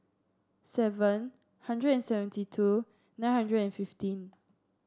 seven hundred and seventy two nine hundred and fifteen